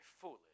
foolish